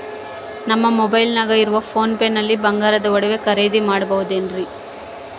ನಮ್ಮ ಮೊಬೈಲಿನಾಗ ಇರುವ ಪೋನ್ ಪೇ ನಲ್ಲಿ ಬಂಗಾರದ ಒಡವೆ ಖರೇದಿ ಮಾಡಬಹುದೇನ್ರಿ?